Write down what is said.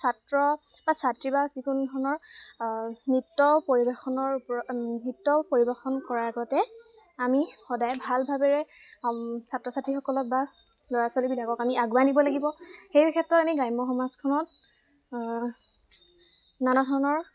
ছাত্ৰ বা ছাত্ৰী বা যিকোনো ধৰণৰ নৃত্য পৰিৱেশনৰ ওপৰত নৃত্য পৰিৱেশন কৰাৰ আগতে আমি সদায় ভাল ভাৱেৰে ছাত্ৰ ছাত্ৰীসকলক বা ল'ৰা ছোৱালীবিলাকক আমি আগুৱাই নিব লাগিব সেই ক্ষেত্ৰত আমি গ্ৰাম্য সমাজখনত নানা ধৰণৰ